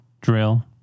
drill